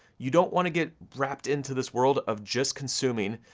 you don't wanna get wrapped into this world of just consuming,